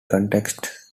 contexts